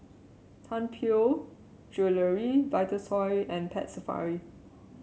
Tianpo Jewellery Vitasoy and Pet Safari